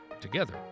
Together